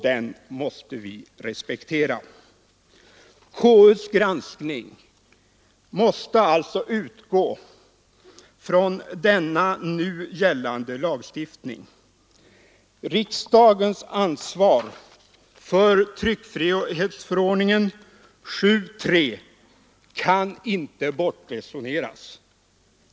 Den måste vi respektera.” Konstitutionsutskottets granskning måste alltså utgå från denna nu gällande lagstiftning. Riksdagens ansvar för tryckfrihetsförordningens stadganden i 7 kap. 3 § kan inte bortresoneras.